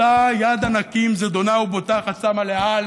אותה יד ענקים זדונה ובוטחת שמה לאל